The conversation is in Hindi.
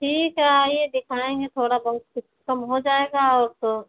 ठीक है आइए दिखाएंगे थोड़ा बहुत कुछ कम हो जाएगा और तो